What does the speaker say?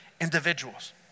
individuals